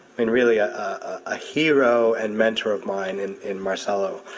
i mean really ah a hero and mentor of mine and in marcelo.